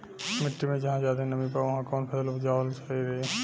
मिट्टी मे जहा जादे नमी बा उहवा कौन फसल उपजावल सही रही?